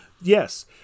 yes